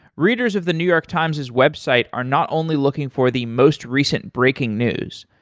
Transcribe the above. readers of the new york times's website are not only looking for the most recent breaking news.